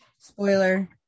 spoiler